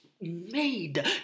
made